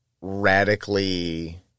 radically